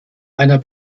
einer